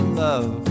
love